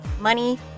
money